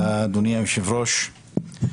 אדוני היושב-ראש,